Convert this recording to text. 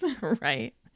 Right